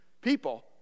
people